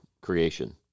creation